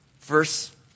Verse